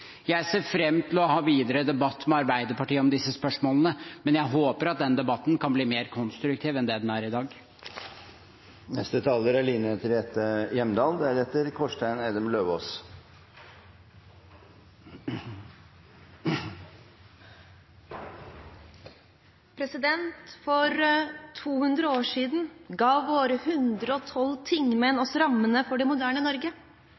Jeg ser fram til å ha videre debatt med Arbeiderpartiet om disse spørsmålene, men jeg håper at den debatten kan bli mer konstruktiv enn det den er i dag. For 200 år siden ga våre 112 tingmenn oss rammene for det moderne Norge. I 200 år